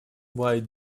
white